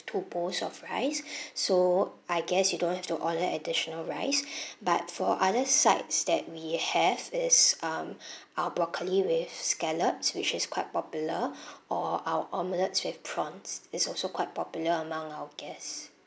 two bowls of rice so I guess you don't have to order additional rice but for other sides that we have is um our broccoli with scallops which is quite popular or our omelets with prawns is also quite popular among our guests